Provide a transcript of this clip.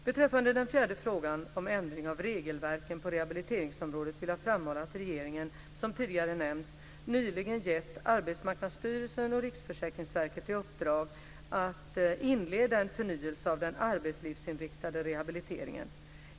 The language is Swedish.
Beträffande den fjärde frågan om ändring av regelverken på rehabiliteringsområdet vill jag framhålla att regeringen - som tidigare nämnts - nyligen gett Arbetsmarknadsstyrelsen och Riksförsäkringsverket i uppdrag att inleda en förnyelse av den arbetslivsinriktade rehabiliteringen.